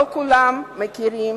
לא כולם מכירים